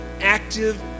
active